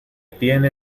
tiene